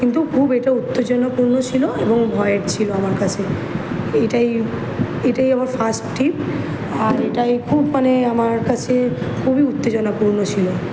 কিন্তু খুব এটা উত্তেজনাপূর্ণ ছিল এবং ভয়ের ছিল আমার কাছে এইটাই এটাই আমার ফার্স্ট ট্রিপ আর এটাই খুব মানে আমার কাছে খুবই উত্তেজনাপূর্ণ ছিল